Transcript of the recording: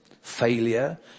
failure